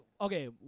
Okay